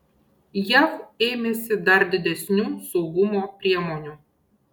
jav ėmėsi dar didesnių saugumo priemonių